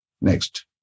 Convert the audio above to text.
Next